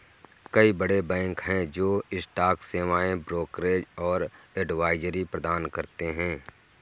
कई बड़े बैंक हैं जो स्टॉक सेवाएं, ब्रोकरेज और एडवाइजरी प्रदान करते हैं